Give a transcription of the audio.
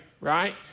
right